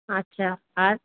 আচ্ছা আর